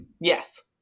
Yes